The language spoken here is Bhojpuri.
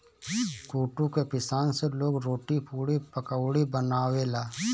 कुटू के पिसान से लोग रोटी, पुड़ी, पकउड़ी बनावेला